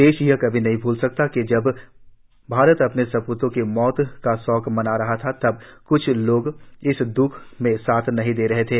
देश यह कभी नहीं भूल सकता कि जब भारत अपने सपूतों की मौत का शोक मना रहा था तब क्छ लोग इस द्ख में साथ नहीं दे रहे थे